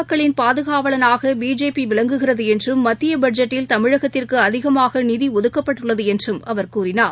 மக்களின் பாதுகாவலனாகபிஜேபிவிளங்குகிறதுஎன்றும் மத்தியபட்ஜெட்டில் தமிழ் தமிழகத்திற்குஅதிகமாகநிதிஒதுக்கப்பட்டுள்ளதுஎன்றும் அவர் கூறினார்